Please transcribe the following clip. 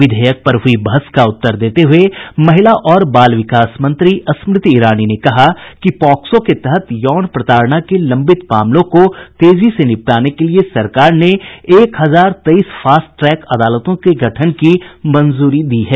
विधेयक पर हुई बहस का उत्तर देते हुए महिला और बाल विकास मंत्री स्मृति ईरानी ने कहा कि पॉक्सो के तहत यौन प्रताड़ना के लंबित मामलों को तेजी से निपटाने के लिए सरकार ने एक हजार तेईस फास्ट ट्रैक अदालतों के गठन की मंजूरी दी है